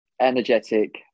energetic